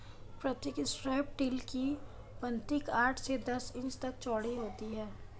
प्रतीक strip टिल की पंक्ति आठ से दस इंच तक चौड़ी होती है